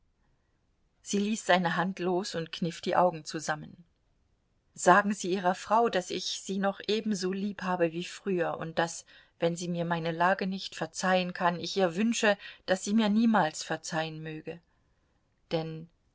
sie ließ seine hand los und kniff die augen zusammen sagen sie ihrer frau daß ich sie noch ebenso liebhabe wie früher und daß wenn sie mir meine lage nicht verzeihen kann ich ihr wünsche daß sie mir niemals verzeihen möge denn